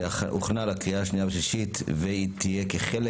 הוכנה לקריאה שנייה ושלישית והיא תהיה כחלק